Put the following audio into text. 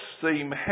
seem